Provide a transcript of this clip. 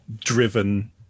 driven